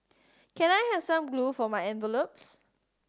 can I have some glue for my envelopes